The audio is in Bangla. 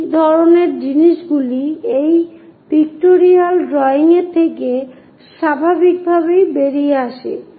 এই ধরনের জিনিসগুলি এই পিক্টোরিয়াল ড্রয়িং থেকে স্বাভাবিকভাবেই বেরিয়ে আসে